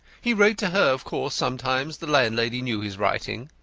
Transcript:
he wrote to her, of course, sometimes the landlady knew his writing.